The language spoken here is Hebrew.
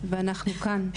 ואנחנו כאן.